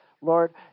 lord